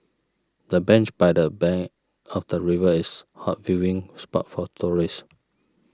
the bench by the bank of the river is hot viewing spot for tourists